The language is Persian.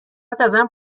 ازم